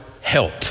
help